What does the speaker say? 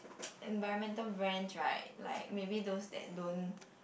environmental brands right like maybe those that don't